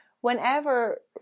whenever